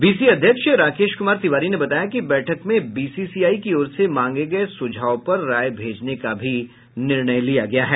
BCA अध्यक्ष राकेश कुमार तिवारी ने बताया कि बैठक में बीसीसीआई की ओर से मांगे गये सुझाव पर राय भेजने का भी निर्णय लिया गया है